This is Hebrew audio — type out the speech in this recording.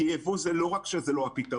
כי לא רק שייבוא הוא לא הפתרון,